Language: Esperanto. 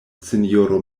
sinjoro